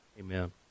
Amen